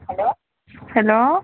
hello hello